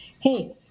hey